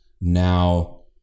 now